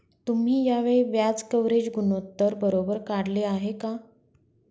तुम्ही या वेळी व्याज कव्हरेज गुणोत्तर बरोबर काढले आहे का?